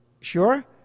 Sure